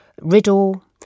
riddle